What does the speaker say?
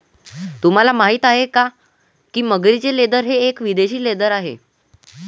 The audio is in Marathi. तुम्हाला माहिती आहे का की मगरीचे लेदर हे एक विदेशी लेदर आहे